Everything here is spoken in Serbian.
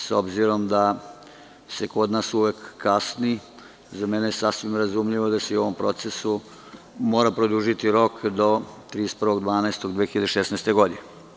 S obzirom da se kod nas uvek kasni, za mene je sasvim razumljivo da se u ovom procesu mora produžiti rok do 31. decembra 2016. godine.